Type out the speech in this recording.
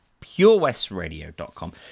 purewestradio.com